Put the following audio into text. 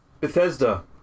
Bethesda